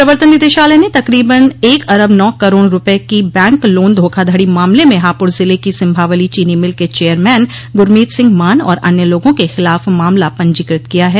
प्रवर्तन निदेशालय ने तकरीबन एक अरब नौ करोड़ रूपये की बैंक लोन धोखाधड़ी मामले में हापुड़ जिले की सिंभावली चीनी मिल के चेयरमैन गुरमीत सिंह मान और अन्य लोगों के खिलाफ मामला पंजीकृत किया है